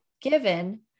given